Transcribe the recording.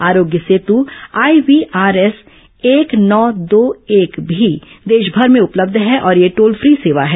आरोग्य सेतु आईवीआरएस एक नौ दो एक भी देशभर में उपलब्ध है और यह टोल फ्री सेवा है